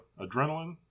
adrenaline